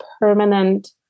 permanent